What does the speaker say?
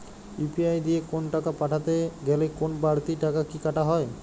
UPI দিয়ে কোন টাকা পাঠাতে গেলে কোন বারতি টাকা কি কাটা হয়?